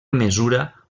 mesura